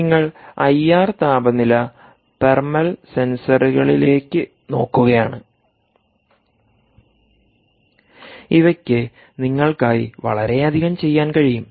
നിങ്ങൾ ഐആർ താപനില തെർമൽ സെൻസറുകളിലേക്ക് നോക്കുകയാണ് ഇവയ്ക്ക് നിങ്ങൾക്കായി വളരെയധികം ചെയ്യാൻ കഴിയും